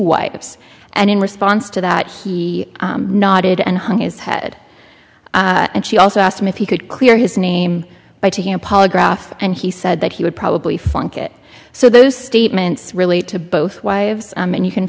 wives and in response to that he nodded and hung his head and she also asked him if he could clear his name by taking a polygraph and he said that he would probably funk it so those statements relate to both wives and you can